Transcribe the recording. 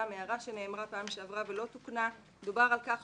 הערה שנאמרה פעם שעברה ולא תוקנה כתוב